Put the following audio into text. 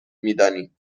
میدانیم